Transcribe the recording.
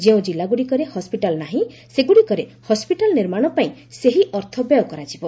ଯେଉଁ ଜିଲ୍ଲାଗୁଡ଼ିକରେ ହସ୍କିଟାଲ ନାହିଁ ସେଗୁଡ଼ିକରେ ହସ୍କିଟାଲ ନିର୍ମାଣ ପାଇଁ ସେହି ଅର୍ଥ ବ୍ୟୟ କରାଯିବ